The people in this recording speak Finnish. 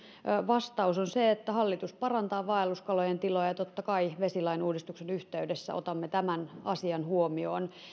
vastaus on se että hallitus parantaa vaelluskalojen tilaa ja totta kai vesilain uudistuksen yhteydessä otamme tämän asian huomioon